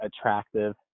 attractive